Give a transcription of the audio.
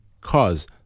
cause